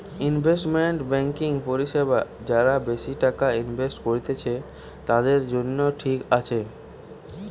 investment banking পরিষেবা যারা বেশি টাকা ইনভেস্ট করত্তিছে, তাদের জন্য ঠিক আছে